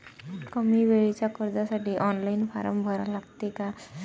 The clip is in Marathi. कमी वेळेच्या कर्जासाठी ऑनलाईन फारम भरा लागते का?